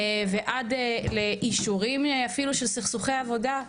ועד לאישורים אפילו של סכסוכי עבודה,